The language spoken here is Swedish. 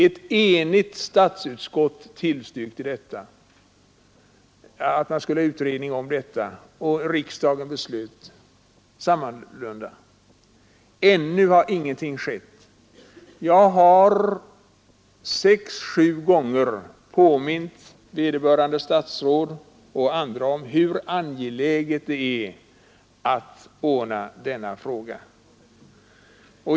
Ett enigt statsutskott tillstyrkte en utredning och riksdagen beslöt om en sådan. Ännu har ingenting hänt. Sex sju gånger har jag påmint vederbörande statsråd och andra om hur angeläget det är att ordna denna fråga.